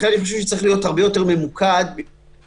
לכן אני חושב שצריך להיות הרבה יותר ממוקדים בשיקול